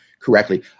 correctly